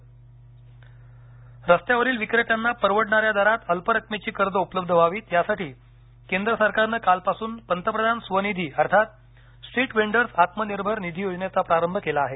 स्वनिधी रस्त्यावरील विक्रेत्यांना परवडणाऱ्या दरात अल्प रकमेची कर्ज उपलब्ध व्हावीत यासाठी केंद्र सरकारनं कालपासून पंतप्रधान स्वनिधी अर्थात स्ट्रीट व्हेंडर्स आत्मनिर्भर निधी योजनेचा प्रारंभ केला आहे